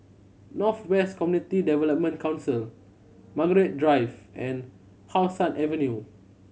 North West Community Development Council Margaret Drive and How Sun Avenue